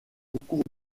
concours